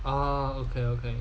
oh okay okay